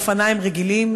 אופניים רגילים,